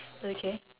okay